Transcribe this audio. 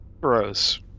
Gross